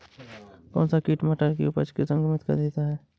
कौन सा कीट मटर की उपज को संक्रमित कर देता है?